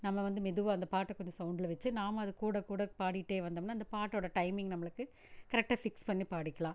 நம்ம வந்து மெதுவாக அந்த பாட்டை கொஞ்சம் சவுண்ட்டில் வச்சு நாம் அதுக்கூட கூட பாடிக்கிட்டே வந்தோம்னால் இந்த பாட்டோடய டைமிங் நம்மளுக்கு கரெக்டாக ஃபிக்ஸ் பண்ணி பாடிக்கலாம்